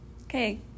Okay